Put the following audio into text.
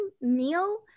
meal